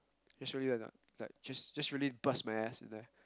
like just just really bust my ass in there